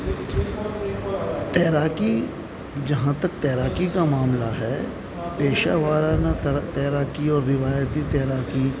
تیراکی جہاں تک تیراکی کا معاملہ ہے پیشہ ورانہ تیراکی اور روایتی تیراکی